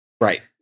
Right